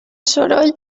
soroll